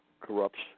corrupts